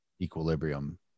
equilibrium